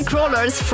Crawlers